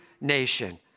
nation